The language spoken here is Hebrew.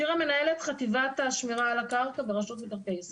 שירה מנהלת חטיבת השמירה על הקרקע ברשות מקרקעי ישראל.